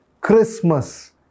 Christmas